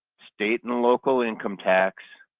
state and local income tax,